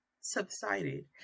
subsided